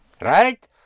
Right